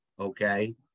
okay